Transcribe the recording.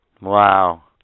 Wow